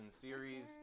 series